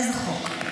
איזה חוק?